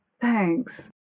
Thanks